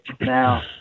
Now